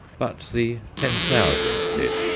but the ten thousand did,